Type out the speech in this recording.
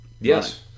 Yes